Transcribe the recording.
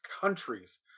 countries